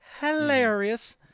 hilarious